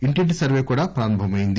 ఇంటింటి సర్వే కూడా ప్రారంభమైంది